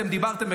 אתם דיברתם,